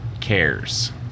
cares